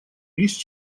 лишь